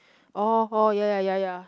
orh orh ya ya ya ya